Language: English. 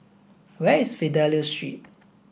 where is Fidelio Street